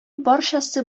барчасы